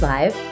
Live